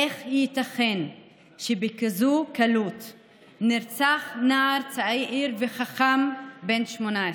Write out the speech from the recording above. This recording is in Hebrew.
איך ייתכן שבקלות כזאת נרצח נער צעיר וחכם בן 18?